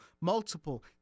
multiple